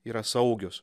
yra saugios